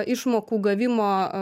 išmokų gavimo